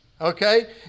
okay